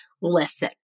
Listen